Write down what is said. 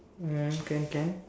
um can can